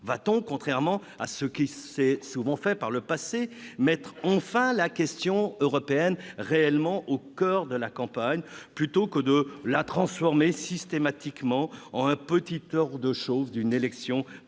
Va-t-on, contrairement à ce qui s'est souvent fait par le passé, mettre enfin la question européenne réellement au coeur de la campagne, plutôt que de transformer systématiquement cette élection en un petit tour de chauffe d'une élection présidentielle